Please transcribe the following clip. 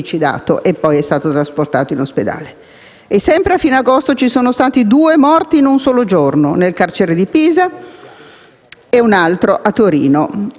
e poi è stato trasportato in ospedale. Sempre a fine agosto ci sono stati due morti in un solo giorno: uno nel carcere di Pisa e un altro a Torino,